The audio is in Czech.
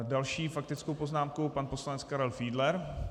S další faktickou poznámkou pan poslanec Karel Fiedler.